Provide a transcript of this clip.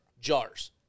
Jars